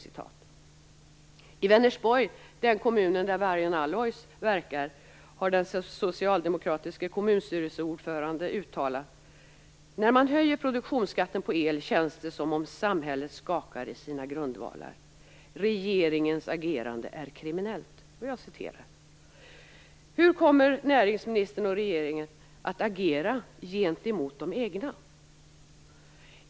I Vänersborg, den kommun där Vargön Alloys verkar, har den socialdemokratiske kommunstyrelseordföranden uttalat följande: När man höjer produktionsskatten på el känns det som om samhället skakar i sina grundvalar. Regeringens agerande är kriminellt. Hur kommer näringsministern och regeringen att agera gentemot de egna?